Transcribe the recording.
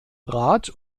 rat